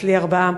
אצלי ארבעה.